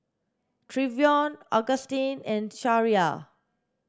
Trevion Augustin and Sariah